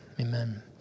Amen